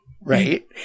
right